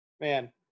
man